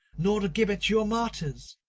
nor the gibbet your martyrs,